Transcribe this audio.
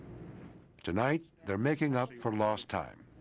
tonight, they're making up for lost time.